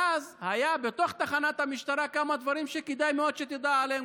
ואז היו בתוך תחנת המשטרה כמה דברים שכדאי מאוד שתדע עליהם,